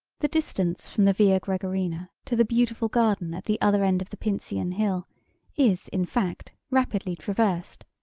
the distance from the via gregoriana to the beautiful garden at the other end of the pincian hill is, in fact, rapidly traversed.